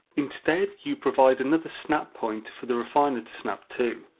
instead you provide another snap point for the refiner to snap to.